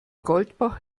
goldbach